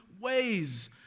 ways